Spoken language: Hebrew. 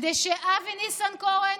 כדי שאבי ניסנקורן,